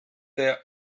der